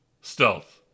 Stealth